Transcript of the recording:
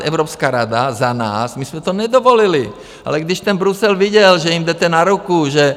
Evropská rada za nás my jsme to nedovolili, ale když ten Brusel viděl, že jim jdete na ruku, že...